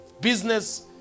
business